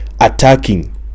attacking